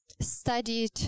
studied